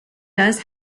does